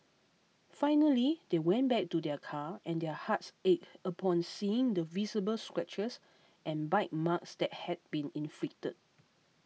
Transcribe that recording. finally they went back to their car and their hearts ached upon seeing the visible scratches and bite marks that had been inflicted